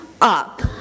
up